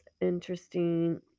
interesting